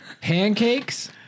Pancakes